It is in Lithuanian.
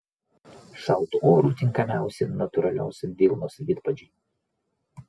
šaltu oru tinkamiausi natūralios vilnos vidpadžiai